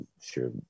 sure